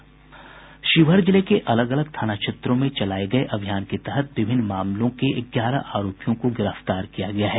शिवहर जिले के अलग अलग थाना क्षेत्रों में चलाये गये अभियान के तहत विभिन्न मामलों के ग्यारह आरोपियों को गिरफ्तार किया गया है